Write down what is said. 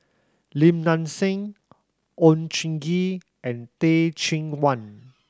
Lim Nang Seng Oon Jin Gee and Teh Cheang Wan